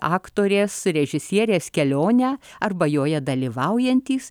aktorės režisierės kelionę arba joje dalyvaujantys